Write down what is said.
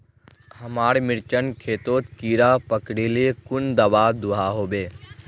हमार मिर्चन खेतोत कीड़ा पकरिले कुन दाबा दुआहोबे?